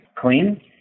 clean